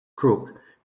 crook